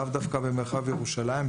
לאו דווקא במרחב ירושלים,